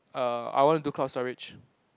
err I wanna do cloud storage